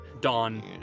Dawn